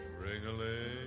Ring-a-ling